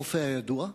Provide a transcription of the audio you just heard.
הרופא הידוע,